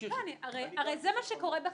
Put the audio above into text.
הרי זה מה שקורה בחקיקה,